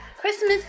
Christmas